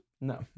No